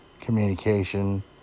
communication